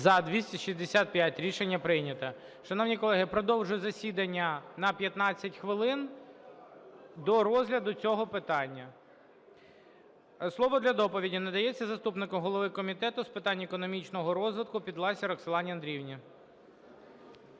За-265 Рішення прийнято. Шановні колеги, продовжую засідання на 15 хвилин, до розгляду цього питання. Слово для доповіді надається заступнику голови Комітету з питань економічного розвитку Підласій Роксолані Андріївні.